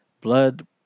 blood